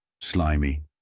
slimy